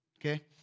Okay